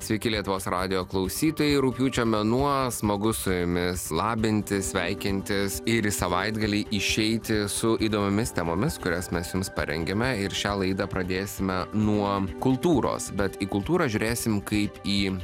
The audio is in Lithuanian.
sveiki lietuvos radijo klausytojai rugpjūčio mėnuo smagu su jumis labintis sveikintis ir į savaitgalį išeiti su įdomiomis temomis kurias mes jums parengėme ir šią laidą pradėsime nuo kultūros bet į kultūrą žiūrėsim kaip į